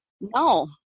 No